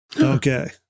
Okay